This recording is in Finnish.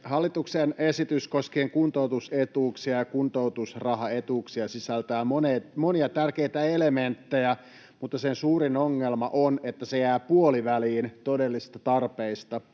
Hallituksen esitys koskien kuntoutusetuuksia ja kuntoutusrahaetuuksia sisältää monia tärkeitä elementtejä, mutta sen suurin ongelma on, että se jää puoliväliin todellisista tarpeista.